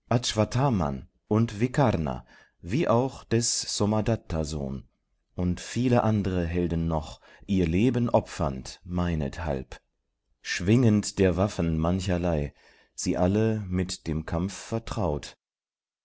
und vikarna wie auch des somadatta sohn und viele andre helden noch ihr leben opfernd meinethalb schwingend der waffen mancherlei sie alle mit dem kampf vertraut